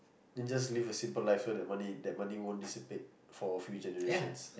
then just live a simple life so that money that money won't dissipate for a few generations